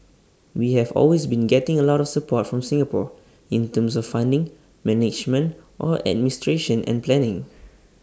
we have always been getting A lot of support from Singapore in terms of funding management or administration and planning